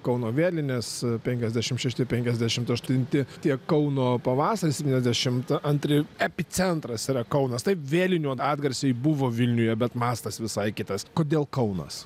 kauno vėlines penkiasdešimt šešti penkiasdešim aštunti tiek kauno pavasaris septyniasdešimt antri epicentras yra kaunas taip vėlinių atgarsiai buvo vilniuje bet mastas visai kitas kodėl kaunas